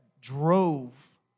drove